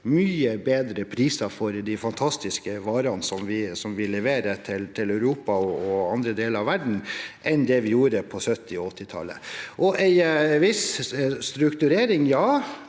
mye bedre pris er for de fantastiske varene vi leverer til Europa og andre deler av verden, enn det vi gjorde på 1970- og 1980tallet. En viss strukturering har